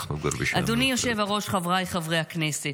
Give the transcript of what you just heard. אדוני היושב-ראש, חבריי חברי הכנסת,